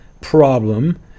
problem